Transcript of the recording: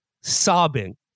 sobbing